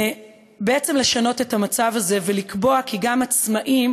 בעצם לשנות את המצב הזה ולקבוע כי גם עצמאים